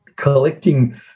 collecting